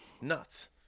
Nuts